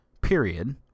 Period